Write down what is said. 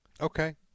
Okay